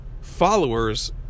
followers